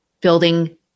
building